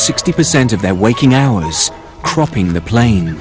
sixty percent of their waking hours cropping the plane